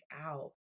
out